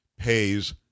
pays